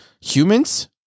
humans